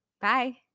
Bye